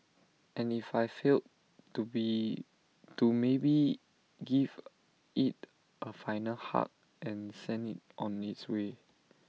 and if I failed to be to maybe give IT A final hug and send IT on its way